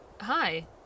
Hi